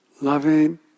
loving